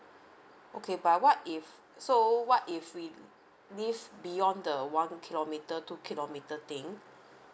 okay but what if so what if we live beyond the one kilometre two kilometre thing